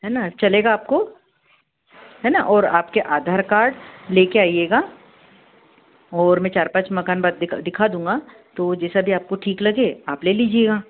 है ना चलेगा आपको है ना और आपके आधार कार्ड ले कर आइएगा ओर मैं चार पाँच मकान बाद दिखा दूँगा तो जैसा भी आपको ठीक लगे आप ले लीजिएगा